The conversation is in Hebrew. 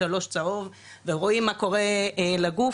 שלוש צהוב ורואים מה קורה לגוף,